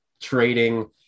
trading